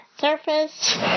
surface